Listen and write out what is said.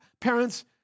parents